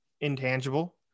intangible